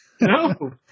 No